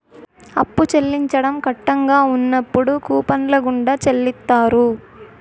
అప్పు చెల్లించడం కట్టంగా ఉన్నప్పుడు కూపన్ల గుండా చెల్లిత్తారు